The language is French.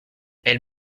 elle